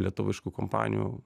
lietuviškų kompanijų